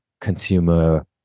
consumer